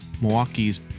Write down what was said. Milwaukee's